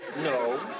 No